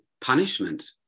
punishment